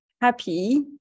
happy